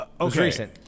Okay